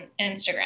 Instagram